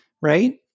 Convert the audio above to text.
Right